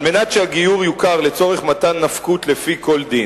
על מנת שהגיור יוכר לצורך מתן נפקות לפי כל דין.